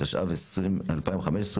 התשע"ו 2015,